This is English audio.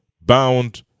bound